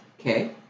okay